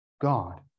god